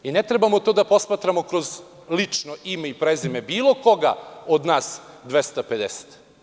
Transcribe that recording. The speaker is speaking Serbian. Ne trebamo to da posmatramo kroz lično ime i prezime bilo koga od nas 250.